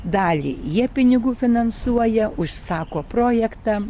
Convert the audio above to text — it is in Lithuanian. dalį jie pinigų finansuoja užsako projektą